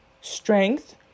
strength